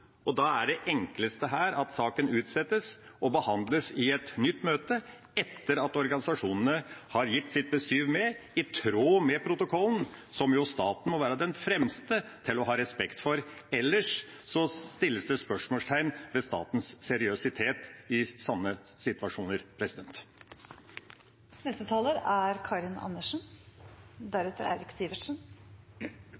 og da er det enkleste at saken utsettes og behandles i et nytt møte, etter at organisasjonene har gitt sitt besyv med, i tråd med protokollen, som jo staten må være den fremste til å ha respekt for. Ellers stilles det spørsmålstegn ved statens seriøsitet i slike situasjoner. Det er veldig uheldig det som skjer. Jeg er